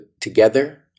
together